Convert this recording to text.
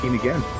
again